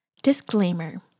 Disclaimer